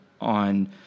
on